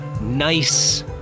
nice